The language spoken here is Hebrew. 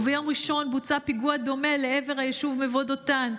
וביום ראשון בוצע פיגוע דומה לעבר היישוב מבוא דותן.